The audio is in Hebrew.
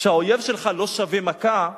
שהאויב שלך לא שווה מכה,